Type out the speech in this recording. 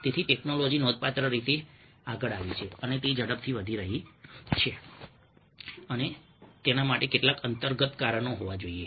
તેથી ટેકનોલોજી નોંધપાત્ર રીતે આગળ આવી છે અને તે ઝડપથી વધી રહી છે અને વધી રહી છે અને તેના માટે કેટલાક અંતર્ગત કારણો હોવા જોઈએ